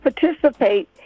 participate